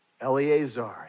Eleazar